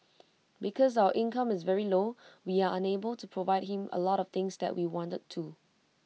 because our income is very low we are unable to provide him A lot of things that we wanted to